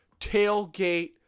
tailgate